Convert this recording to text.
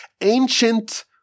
ancient